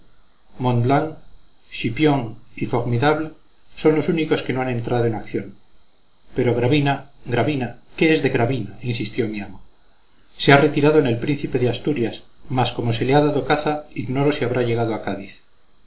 y formidable son los únicos que no han entrado en acción pero gravina gravina qué es de gravina insistió mi amo se ha retirado en el príncipe de asturias mas como se le ha dado caza ignoro si habrá llegado a cádiz